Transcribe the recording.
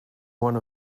one